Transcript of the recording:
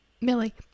Millie